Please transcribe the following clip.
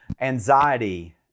anxiety